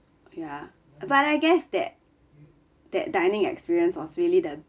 ya uh but I guess that that dining experience was really the